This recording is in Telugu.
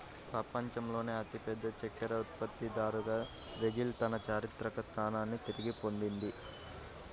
ప్రపంచంలోనే అతిపెద్ద చక్కెర ఉత్పత్తిదారుగా బ్రెజిల్ తన చారిత్రక స్థానాన్ని తిరిగి పొందింది